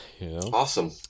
Awesome